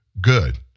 good